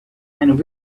and